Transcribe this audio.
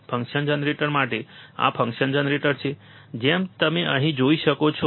function generator માટે આ function generator છે જેમ તમે અહીં જોઈ શકો છો